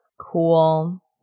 Cool